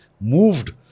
moved